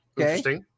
okay